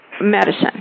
medicine